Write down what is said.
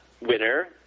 Winner